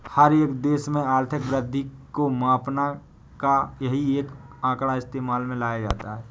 हर एक देश में आर्थिक वृद्धि को मापने का यही एक आंकड़ा इस्तेमाल में लाया जाता है